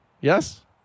Yes